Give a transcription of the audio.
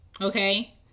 okay